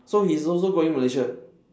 so he's also going Malaysia